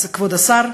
אז כבוד השר,